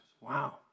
wow